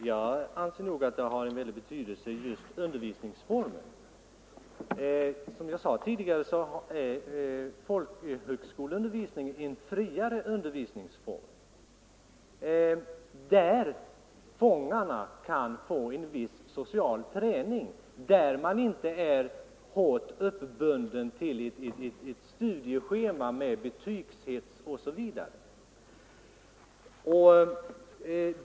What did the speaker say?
Fru talman! Jag anser att undervisningsformen har en mycket stor betydelse. Som jag sade tidigare är folkhögskolundervisning en friare undervisningsform, där fångarna kan få en viss social träning, där man inte är hårt bunden till ett studieschema med betygshets osv.